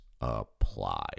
apply